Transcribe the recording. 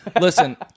Listen